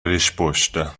risposta